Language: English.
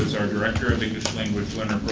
our director of english language